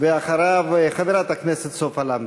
ואחריו, חברת הכנסת סופה לנדבר.